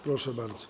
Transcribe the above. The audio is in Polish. Proszę bardzo.